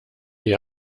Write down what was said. die